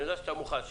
אני יודע שאתה מוכן.